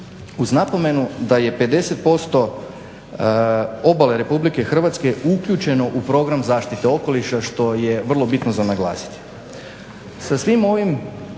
uz napomenu da je 50% obale Republike Hrvatske uključeno u program zaštite okoliša što je vrlo bitno za naglasiti".